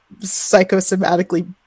psychosomatically